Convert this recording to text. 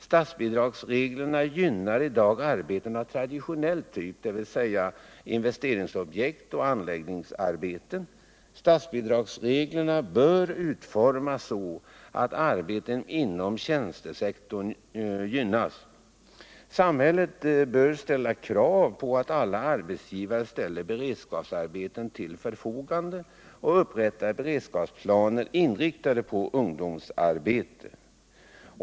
Statsbidragsreglerna gynnar i dag arbeten av tradivionell typ, dvs. investeringsobjekt och anläggningsarbeten. Statsbidragsreglerna bör utformas så, att arbeten inom tjänstesektorn gynnas. Samhället bör kräva att alla arbetsgivare ställer beredskapsarbeten till förfogande och upprättar beredskapsplaner, inriktade på ungdomsarbete.